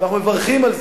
אנחנו מברכים על זה,